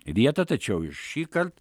vietą tačiau ir šįkart